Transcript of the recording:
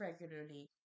regularly